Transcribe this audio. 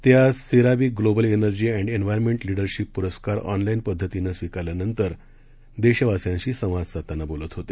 ते आज CERAWeek global energy and environment leadership पूरस्कार ऑनलाईन पद्धतीनं स्वीकारल्यानंतर देशवासियांशी सवांद साधताना बोलत होते